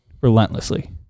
relentlessly